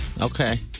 Okay